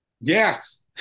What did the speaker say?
Yes